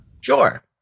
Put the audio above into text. Sure